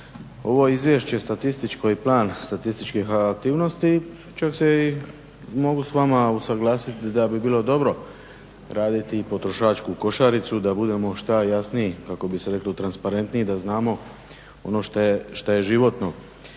ovo izvješće statističko i plan statističkih aktivnosti. čak se i mogu s vama usuglasiti da bi bilo dobro raditi potrošačku košaricu, da budemo što jasniji, kako bi se reklo transparentniji, da znamo ono što je životno.